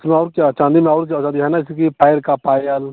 उसमें और क्या चाँदी में और क्या न क्योंकि पैर का पायल